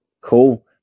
cool